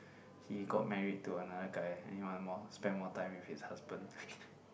he got married to another guy and he want more spend more time with his husband